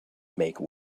make